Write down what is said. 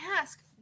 ask